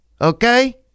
Okay